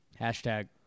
Hashtag